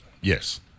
Yes